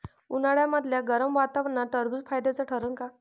उन्हाळ्यामदल्या गरम वातावरनात टरबुज फायद्याचं ठरन का?